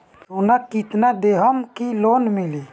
सोना कितना देहम की लोन मिली?